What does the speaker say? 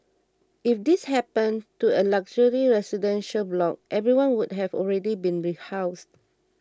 if this happened to a luxury residential block everyone would have already been rehoused